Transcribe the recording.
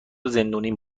زندونیم